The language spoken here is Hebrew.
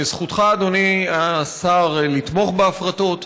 זכותך, אדוני השר, לתמוך בהפרטות.